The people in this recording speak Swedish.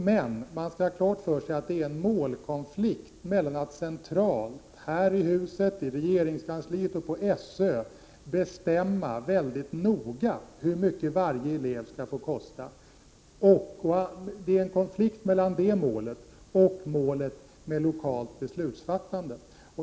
Men man skall ha klart för sig att det är en målkonflikt mellan att centralt — här i huset, i regeringskansliet och på SÖ — i detalj bestämma hur mycket varje elev skall få kosta och att uppfylla målet om lokalt beslutsfattande.